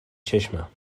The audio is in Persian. چشمم